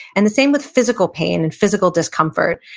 and the same with physical pain and physical discomfort.